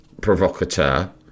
provocateur